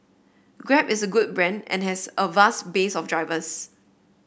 Grab is a good brand and has a vast base of drivers